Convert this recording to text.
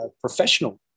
professional